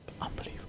Unbelievable